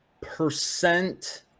percent